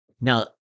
Now